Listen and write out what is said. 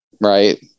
right